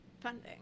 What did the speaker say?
funding